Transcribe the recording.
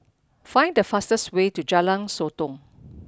find the fastest way to Jalan Sotong